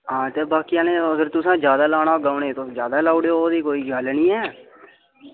हां ते बाकी आह्लें अगर तुसें जादा लाना होगा ते उ'नेंगी तुस जादा लाई ओड़ेयो ओह्दी कोई गल्ल नी ऐ